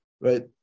right